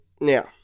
now